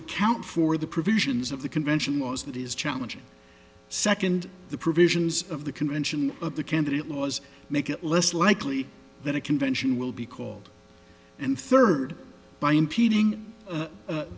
account for the provisions of the convention was that is challenging second the provisions of the convention of the candidate laws make it less likely that a convention will be called and third by impeding